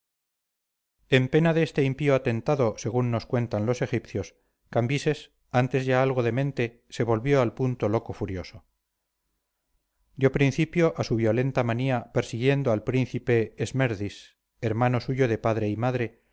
en pena de este impío atentado según nos cuentan los egipcios cambises antes ya algo demente se volvió al punto loco furioso dio principio a su violenta manía persiguiendo al príncipe esmerdis hermano suyo de padre y madre